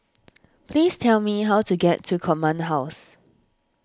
please tell me how to get to Command House